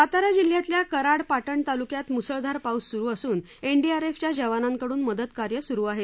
सातारा जिल्ह्यातल्या कराड पाटण तालुक्यात मुसळधार पाऊस सुरु असून एनडीआरएफ च्या जवानाकडून मदत कार्य सुरु आहे